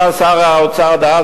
בא שר האוצר דאז,